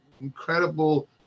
incredible